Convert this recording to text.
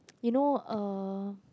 you know uh